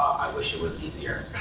i wish it was easier.